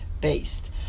based